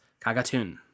Kagatun